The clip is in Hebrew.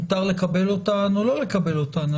מותר לקבל אותן או לקבל אותן,